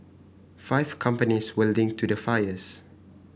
five companies were linked to the fires